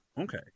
Okay